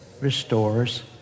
restores